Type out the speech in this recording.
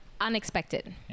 Unexpected